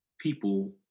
people